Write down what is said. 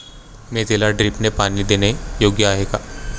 मेथीला ड्रिपने पाणी देणे योग्य आहे का?